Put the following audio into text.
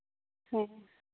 ᱦᱮᱸ